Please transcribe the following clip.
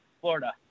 Florida